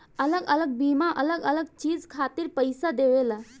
अलग अलग बीमा अलग अलग चीज खातिर पईसा देवेला